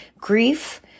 Grief